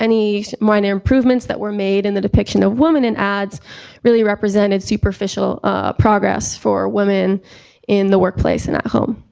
any minor improvements that were made in the depiction of women in ads really represented superficial progress for women in the workplace and at home.